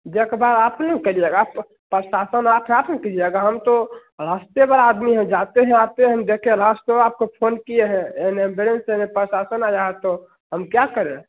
देखभाल आप न करिएगा प्रशासन आप हैं आप न कीजिएगा हम तो रास्ते भर आदमी है जाते हैं आते हैं हम देखें लाश तो आपको फ़ोन किए हैं एन एम्ब्रेंस एने प्रशासन आया है तो हम क्या करें